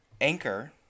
anchor